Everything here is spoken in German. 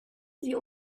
sie